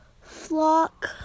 flock